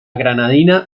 granadina